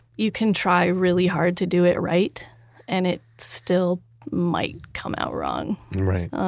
you can try really hard to do it right and it still might come out wrong right.